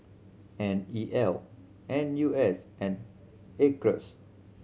N E L N U S and Acres